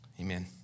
Amen